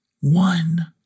One